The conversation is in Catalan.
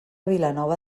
vilanova